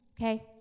okay